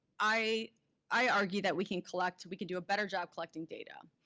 i i argue that we can collect, we can do a better job collecting data.